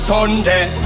Sunday